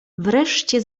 wreszcie